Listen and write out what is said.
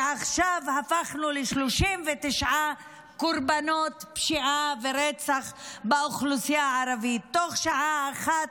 ועכשיו הפכנו ל-39 קורבנות פשיעה ורצח באוכלוסייה הערבית בתוך שעה אחת,